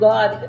God